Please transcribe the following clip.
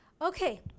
Okay